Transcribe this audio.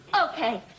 Okay